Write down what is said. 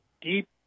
deep